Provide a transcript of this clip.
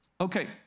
Okay